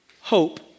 hope